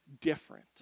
different